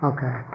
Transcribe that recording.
Okay